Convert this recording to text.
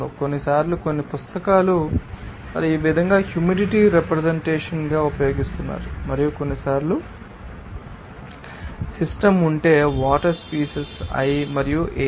కొన్నిసార్లు కొన్ని పుస్తకాలు వారు ఈ విధంగా హ్యూమిడిటీ రెప్రెసెంటేషన్ గా ఉపయోగిస్తున్నారు మరియు కొన్నిసార్లు సిస్టమ్ ఉంటే వాటర్ స్పీసీస్ i మరియు ఎయిర్